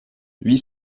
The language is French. huit